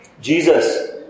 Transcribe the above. Jesus